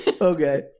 okay